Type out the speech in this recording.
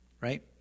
Right